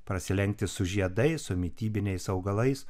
prasilenkti su žiedai su mitybiniais augalais